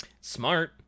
Smart